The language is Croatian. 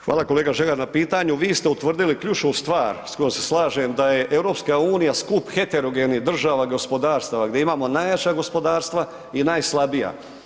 Hvala kolega Žagar na pitanju, vi ste utvrdili ključnu stvar s kojom se slažem da je EU skup heterogenih država gospodarstava gdje imamo najjača gospodarstva i najslabija.